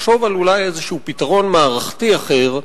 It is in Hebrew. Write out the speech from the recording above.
לחשוב אולי על איזה פתרון מערכתי אחר,